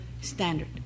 standard